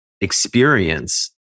experience